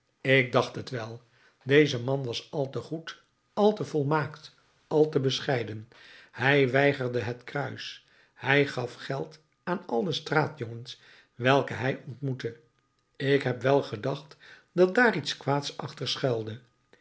ik dacht het wel deze man was al te goed al te volmaakt al te bescheiden hij weigerde het kruis hij gaf geld aan al de straatjongens welke hij ontmoette ik heb wel gedacht dat daar iets kwaads achter schuilde